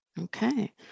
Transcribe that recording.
Okay